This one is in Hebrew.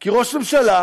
כי ראש ממשלה,